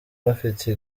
bafite